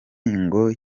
ngo